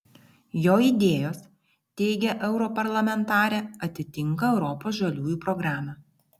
jo idėjos teigia europarlamentarė atitinka europos žaliųjų programą